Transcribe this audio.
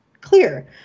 clear